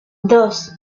dos